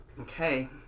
Okay